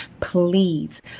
please